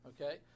okay